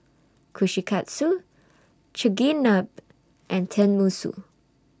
Kushikatsu Chigenabe and Tenmusu